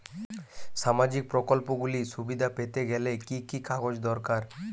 সামাজীক প্রকল্পগুলি সুবিধা পেতে গেলে কি কি কাগজ দরকার?